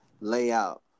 layout